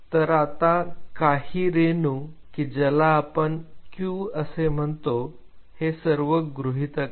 तर आता काही रेणू की ज्याला आपण Q असे म्हणतो हे सर्व गृहीतक आहे